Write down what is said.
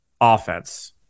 offense